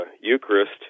Eucharist